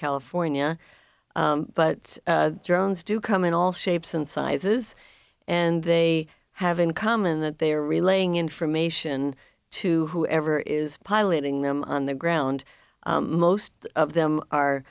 california but drones do come in all shapes and sizes and they have in common that they are relaying information to whoever is piloting them on the ground most of them are